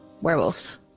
Werewolves